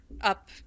up